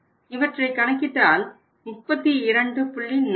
இவற்றை கணக்கிட்டால் 32